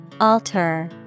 Alter